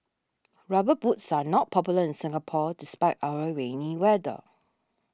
rubber boots are not popular in Singapore despite our rainy weather